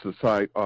society